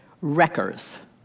wreckers